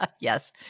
Yes